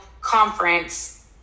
conference